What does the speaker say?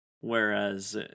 whereas